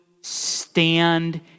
stand